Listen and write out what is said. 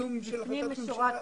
לפנים משורת הדין.